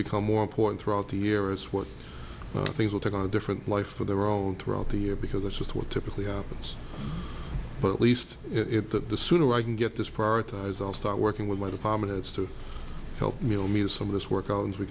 more important throughout the year as what things will take on different life for their own throughout the year because that's just what typically happens but at least it that the sooner i can get this prioritize i'll start working with my department it's to help me know me as some of this work out and we